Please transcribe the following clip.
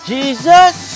Jesus